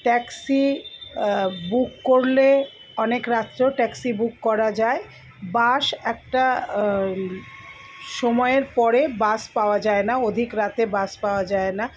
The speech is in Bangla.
ট্যাক্সি বুক করলে অনেক রাত্রেও ট্যাক্সি বুক করা যায় বাস একটা সময়ের পরে বাস পাওয়া যায় না অধিক রাতে বাস পাওয়া যায় না